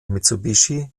mitsubishi